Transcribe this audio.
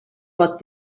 pot